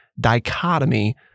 dichotomy